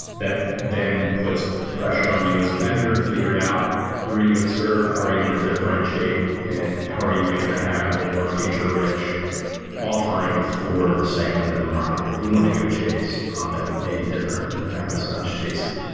that then puts pressure on you as a vendor to figure out who are you going to serve, how are you going to differentiate and how are you going to have a more feature-rich offering for the segment of the market that you want to go chase um that maybe different than what amazon is chasing?